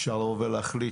אפשר לדון ולהחליט